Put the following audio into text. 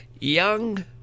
young